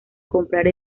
comprar